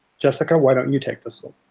jessica, why don't you take this one?